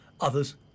others